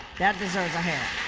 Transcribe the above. that deserves a hand.